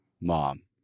mom